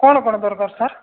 କ'ଣ କ'ଣ ଦରକାର ସାର୍